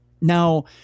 Now